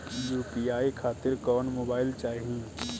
UPI खातिर कौन mobile चाहीं?